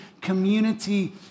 community